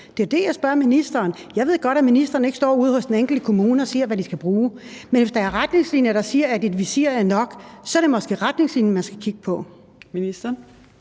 Det er jo det, jeg spørger ministeren om. Jeg ved godt, at ministeren ikke står ude hos den enkelte kommune og siger, hvad de skal bruge. Men hvis der er retningslinjer, der siger, at et visir er nok, så er det måske retningslinjerne man skal kigge på. Kl.